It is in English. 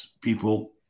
people